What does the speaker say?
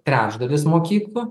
trečdalis mokyklų